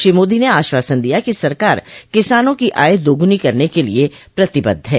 श्रो मोदी ने आश्वासन दिया कि सरकार किसानों की आय दोगूनी करने के लिए प्रतिबद्ध है